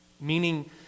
Meaning